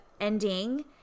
ending